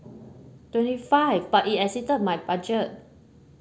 twenty five but it exceeded my budget